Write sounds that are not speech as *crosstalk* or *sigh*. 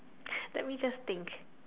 *breath* let me just think